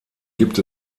gibt